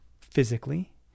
physically